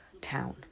town